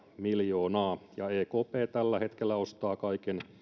miljoonaa ja ekp tällä hetkellä ostaa kaiken